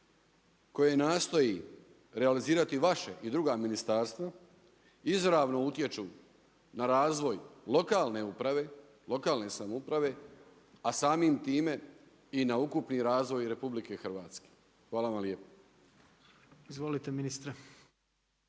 koje nastoji realizirati vaše i druga ministarstva izravno utječu na razvoj lokalne uprave, lokalne samouprave a samim time i na ukupni razvoj RH? Hvala vam lijepa. **Jandroković,